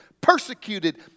persecuted